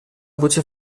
voce